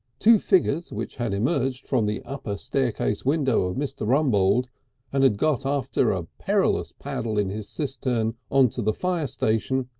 two figures which had emerged from the upper staircase window of mr. rumbold's and had got after a perilous paddle in his cistern, on to the fire station,